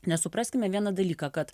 nes supraskime vieną dalyką kad